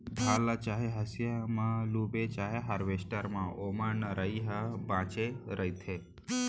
धान ल चाहे हसिया ल लूबे चाहे हारवेस्टर म ओमा नरई ह बाचे रहिथे